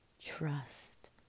trust